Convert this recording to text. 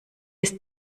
ist